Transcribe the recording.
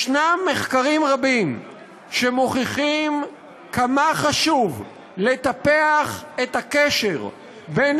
יש מחקרים רבים שמוכיחים כמה חשוב לטפח את הקשר בין